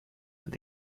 and